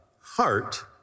heart